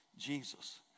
Jesus